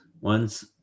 ones